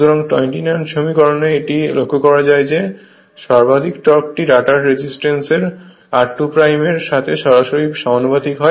সুতরাং 29 সমীকরণে এটি লক্ষ্য করা যায় যে সর্বাধিক টর্কটি রটার রেজিস্ট্যান্স r2 এর সাথে সরাসরি সমানুপাতিক হয়